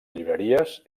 llibreries